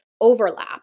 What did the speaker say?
overlap